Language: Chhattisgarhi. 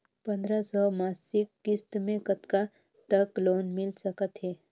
पंद्रह सौ मासिक किस्त मे कतका तक लोन मिल सकत हे?